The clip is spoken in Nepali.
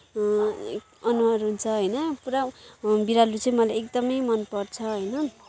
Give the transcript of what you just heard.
अनुहार हुन्छ होइन पुरा बिरालो चाहिँ मलाई एकदमै मनपर्छ होइन